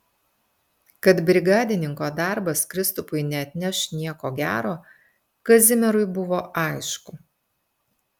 kad brigadininko darbas kristupui neatneš nieko gero kazimierui buvo aišku